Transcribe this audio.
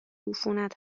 عفونت